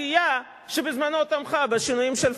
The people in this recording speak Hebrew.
הסיעה שבזמנה תמכה בשינויים של פרידמן,